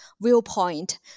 viewpoint